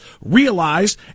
realize